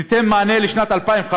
והיא תיתן מענה לשנת 2015,